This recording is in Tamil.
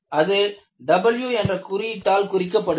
அது W என்ற குறியீட்டால் குறிக்கப்படுகிறது